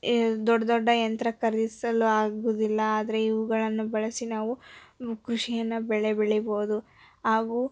ಯ ದೊಡ್ಡ ದೊಡ್ಡ ಯಂತ್ರ ಖರೀದಿಸಲು ಆಗುವುದಿಲ್ಲ ಆದರೆ ಇವುಗಳನ್ನು ಬಳಸಿ ನಾವು ಕೃಷಿಯನ್ನು ಬೆಳೆ ಬೆಳಿಬೋದು ಹಾಗೂ